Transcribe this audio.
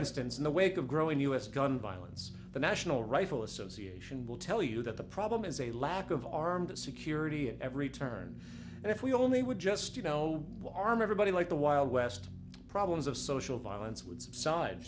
instance in the wake of growing us gun violence the national rifle association will tell you that the problem is a lack of armed security at every turn and if we only would just you know what harm everybody like the wild west problems of social violence